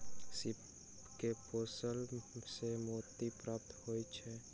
सीप के पोसला सॅ मोती प्राप्त होइत छै